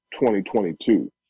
2022